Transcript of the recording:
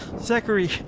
Zachary